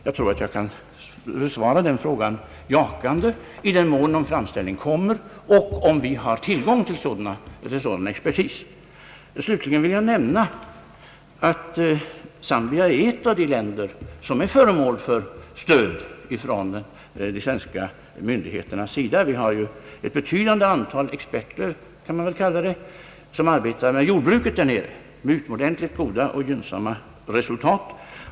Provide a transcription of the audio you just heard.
Jag tror att jag kan besvara den frågan jakande, i den mån en framställning kommer och vi har tillgång till sådan expertis. Slutligen vill jag nämna att Zambia är ett av de länder som får stöd från de svenska myndigheterna. Ett stort antal svenska experter arbetar med jordbruket där nere och har nått utomordentligt goda resultat.